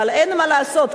אבל אין מה לעשות,